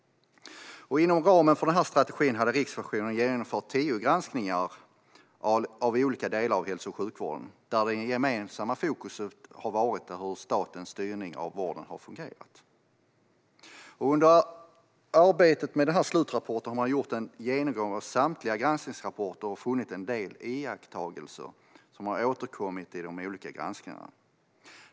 Inom ramen för denna strategi har Riksrevisionen genomfört tio granskningar av olika delar av hälso och sjukvården, där det gemensamma fokuset har varit hur statens styrning av vården har fungerat. Under arbetet med denna slutrapport har man gjort en genomgång av samtliga granskningsrapporter och gjort en del iakttagelser som har återkommit i de olika granskningarna.